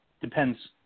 depends